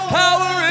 power